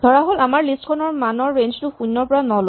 ধৰাহ'ল আমাৰ লিষ্ট খনৰ মানৰ ৰেঞ্জ শূণ্যৰ পৰা নলৈ